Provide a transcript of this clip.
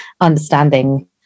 understanding